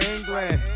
England